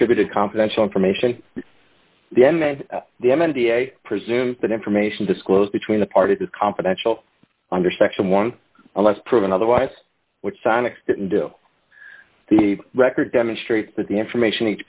contributed confidential information then the m t a presumes that information disclosed between the parties is confidential under section one unless proven otherwise which sonic's didn't do the record demonstrates that the information